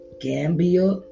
gambia